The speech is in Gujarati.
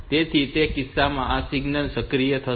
તેથી તે કિસ્સાઓમાં આ સિગ્નલ સક્રિય થશે